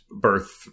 birth